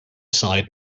side